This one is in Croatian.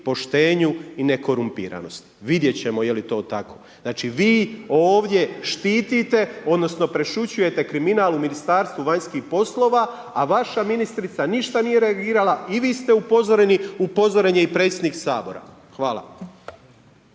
poštenju i nekorumpiranosti. Vidjeti ćemo je li to tako. Znači vi ovdje štitite odnosno presušujete kriminal u Ministarstvu vanjskih poslova a vaša ministrica ništa nije reagirali i vi ste upozoreni, upozoren je i predsjednik Sabora. Hvala.